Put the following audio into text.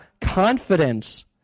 confidence